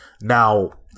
Now